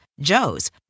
Joe's